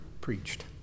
preached